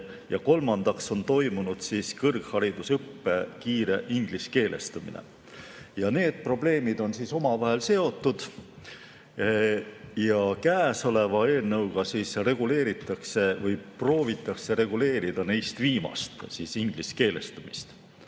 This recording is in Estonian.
ja kolmandaks on toimunud kõrgharidusõppe kiire ingliskeelestumine. Need probleemid on omavahel seotud. Käesoleva eelnõuga reguleeritakse või proovitakse reguleerida neist viimast – ingliskeelestumist.